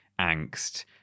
angst